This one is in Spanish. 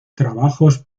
trabajos